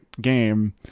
game